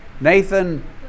Nathan